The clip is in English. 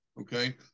Okay